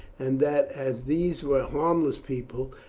and that as these were harmless people,